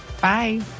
Bye